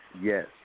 Yes